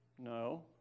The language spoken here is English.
No